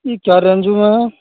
یہ کیا رینج میں ہے